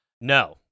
No